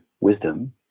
wisdom